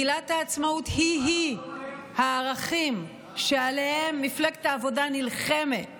שמגילת העצמאות היא-היא הערכים שעליהם מפלגת העבודה נלחמת